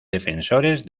defensores